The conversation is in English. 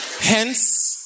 Hence